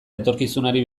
etorkizunari